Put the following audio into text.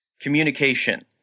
communication